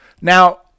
Now